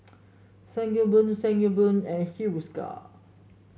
Sangobion Sangobion and Hiruscar